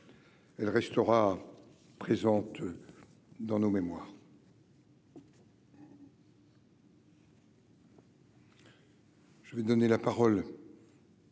elle restera présente dans nos mémoires. Je vais donner la parole.